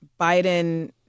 Biden